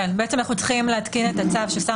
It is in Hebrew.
בעצם הקמה של כל בית משפט תהיה טעונה צו של שר